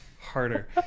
harder